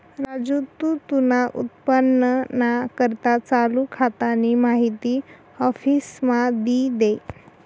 राजू तू तुना उत्पन्नना करता चालू खातानी माहिती आफिसमा दी दे